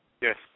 Yes